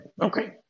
okay